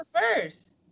first